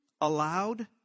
Allowed